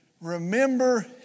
Remember